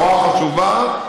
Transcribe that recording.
בשורה חשובה,